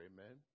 Amen